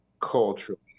culturally